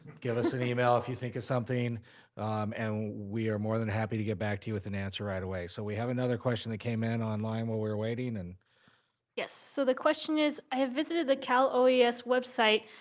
give us an email if you think of something and we are more than happy to get back to you with an answer right away. so we have another question that came in online while we were waiting. and yes, so the question is, i have visited the cal oes website,